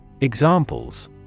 Examples